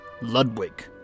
Ludwig